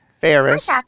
Ferris